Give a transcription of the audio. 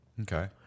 Okay